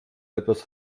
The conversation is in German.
etwas